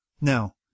Now